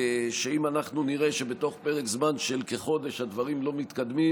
שאם אנחנו נראה שבתוך פרק זמן של כחודש הדברים לא מתקדמים,